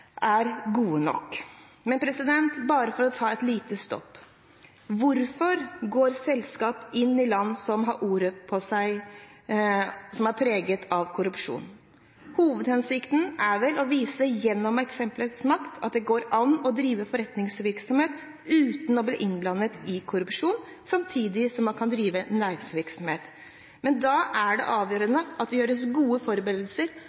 er gode nok. Men her vil jeg ta et lite stopp. Hvorfor går selskap inn i land som har ord på seg for å være preget av korrupsjon? Hovedhensikten er vel å vise gjennom eksemplets makt at det går an å drive forretningsvirksomhet uten å bli innblandet i korrupsjon, samtidig som man kan drive næringsvirksomhet. Men da er det avgjørende at det gjøres gode forberedelser,